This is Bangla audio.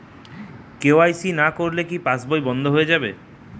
কে.ওয়াই.সি না করলে কি পাশবই বন্ধ হয়ে যাবে?